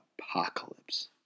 Apocalypse